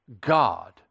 God